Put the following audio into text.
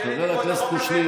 על החוק הזה,